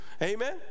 amen